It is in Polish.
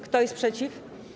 Kto jest przeciw?